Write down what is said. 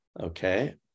Okay